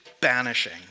banishing